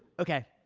ok.